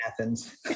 Athens